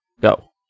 Go